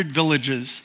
villages